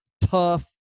tough